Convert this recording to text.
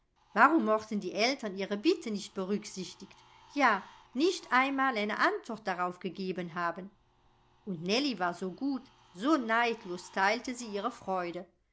warum mochten die eltern ihre bitte nicht berücksichtigt ja nicht einmal eine antwort darauf gegeben haben und nellie war so gut so neidlos teilte sie ihre freude